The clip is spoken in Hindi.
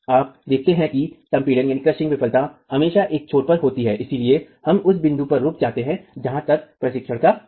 आप देखते हैं कि संपीडन विफलता हमेशा एक छोर पर होती है इसलिए हम उस बिंदु पर रुक जाते हैं जहां तक एक परीक्षण का संबंध है